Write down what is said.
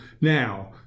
now